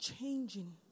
changing